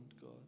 God